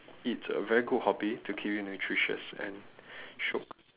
it's a very good hobby to keep you nutritious and shiok